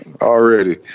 Already